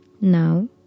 Now